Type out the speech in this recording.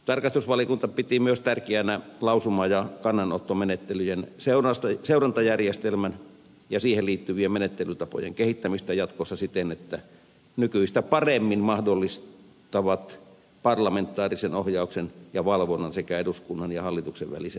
tarkastusvaliokunta piti myös tärkeänä lausuma ja kannanottomenettelyjen seurantajärjestelmän ja siihen liittyvien menettelytapojen kehittämistä jatkossa siten että ne nykyistä paremmin mahdollistavat parlamentaarisen ohjauksen ja valvonnan sekä eduskunnan ja hallituksen välisen vuoropuhelun